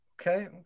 Okay